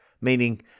Meaning